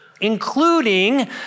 including